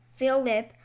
Philip